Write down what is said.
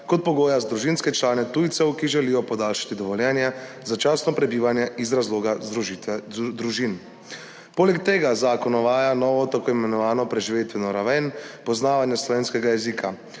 kot pogoja za družinske člane tujcev, ki želijo podaljšati dovoljenje za začasno prebivanje iz razloga združitve družin. Poleg tega zakon uvaja novo tako imenovano preživetveno raven poznavanja slovenskega jezika.